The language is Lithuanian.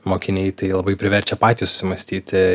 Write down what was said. mokiniai tai labai priverčia patį sumąstyti